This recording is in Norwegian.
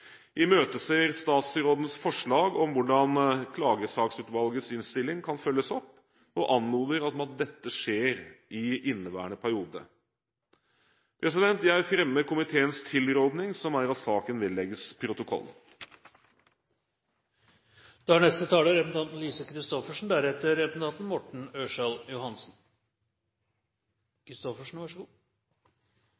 imøteser statsrådens forslag om hvordan klagesaksutvalgets innstilling skal følges opp, og anmoder om at dette skjer i inneværende periode. Jeg anbefaler komiteens tilråding, som er at saken vedlegges